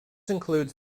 includes